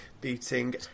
beating